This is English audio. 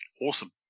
Awesome